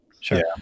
sure